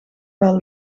wel